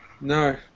No